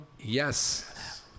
Yes